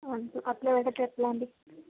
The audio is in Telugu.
అట్ల పెడితే ఎట్లా అండి